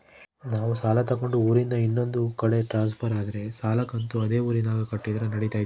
ನಾವು ಸಾಲ ತಗೊಂಡು ಊರಿಂದ ಇನ್ನೊಂದು ಕಡೆ ಟ್ರಾನ್ಸ್ಫರ್ ಆದರೆ ಸಾಲ ಕಂತು ಅದೇ ಊರಿನಾಗ ಕಟ್ಟಿದ್ರ ನಡಿತೈತಿ?